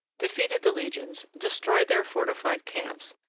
defeated the legions, destroyed their fortified camps,